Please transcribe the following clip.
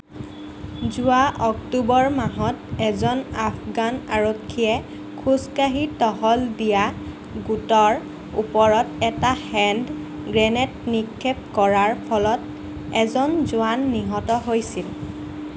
যোৱা অক্টোবৰ মাহত এজন আফগান আৰক্ষীয়ে খোজকাঢ়ি টহল দিয়া গোটৰ ওপৰত এটা হেণ্ড গ্ৰেনেড নিক্ষেপ কৰাৰ ফলত এজন জোৱান নিহত হৈছিল